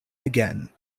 again